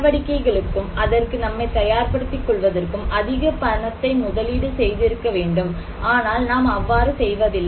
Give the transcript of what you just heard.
நடவடிக்கைகளுக்கும் அதற்கு நம்மை தயார் படுத்திக் கொள்வதற்கும் அதிக பணத்தை முதலீடு செய்து இருக்க வேண்டும் ஆனால் நாம் அவ்வாறு செய்வதில்லை